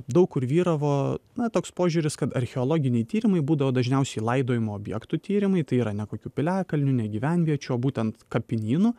daug kur vyravo na toks požiūris kad archeologiniai tyrimai būdavo dažniausiai laidojimo objektų tyrimai tai yra ne kokių piliakalnių ne gyvenviečių o būtent kapinynų